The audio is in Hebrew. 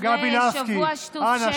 אחרי שבוע שטוף שקר,